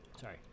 Sorry